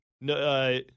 No